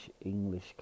English